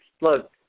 Look